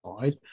side